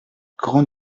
grand